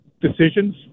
decisions